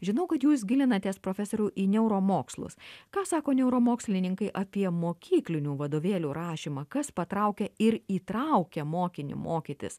žinau kad jūs gilinatės profesoriau į neuromokslus ką sako neuromokslininkai apie mokyklinių vadovėlių rašymą kas patraukia ir įtraukia mokinį mokytis